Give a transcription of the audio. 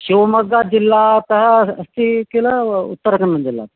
शिवमोग्गा जिल्लातः अस्ति किल उत्तरकन्नड जिल्ले